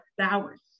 hours